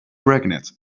pregnant